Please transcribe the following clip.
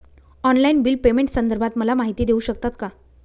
Online bill पेमेंटसंदर्भात मला माहिती देऊ शकतात का?